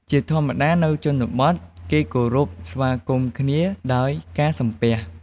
ជាធម្មតានៅជនបទ គេគោរព ស្វាគមន៍គ្នាដោយការសំពះ។